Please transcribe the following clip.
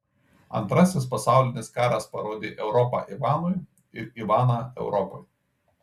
antrasis pasaulinis karas parodė europą ivanui ir ivaną europai